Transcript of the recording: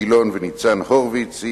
גילאון וניצן הורוביץ,